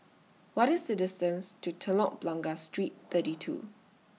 What IS The distance to Telok Blangah Street thirty two